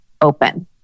open